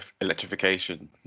electrification